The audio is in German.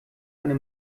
eine